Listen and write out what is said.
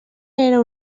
era